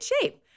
shape